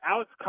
Alex